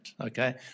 okay